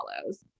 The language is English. follows